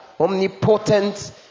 omnipotent